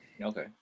Okay